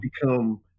become